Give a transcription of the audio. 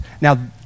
Now